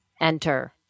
enter